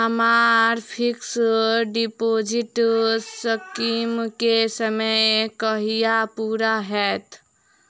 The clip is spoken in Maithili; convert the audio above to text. हम्मर फिक्स डिपोजिट स्कीम केँ समय कहिया पूरा हैत?